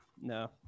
no